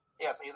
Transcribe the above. Yes